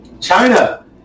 China